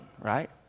right